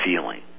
feeling